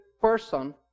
person